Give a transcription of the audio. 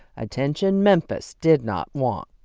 attention memphis did not want.